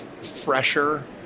Fresher